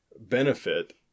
benefit